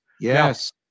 yes